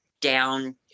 down